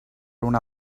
una